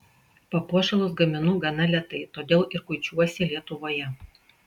papuošalus gaminu gana lėtai todėl ir kuičiuosi lietuvoje